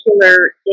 particular